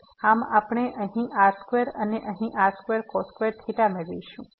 આમાં આપણે અહીં r2 અને અહીં r2 મેળવીશું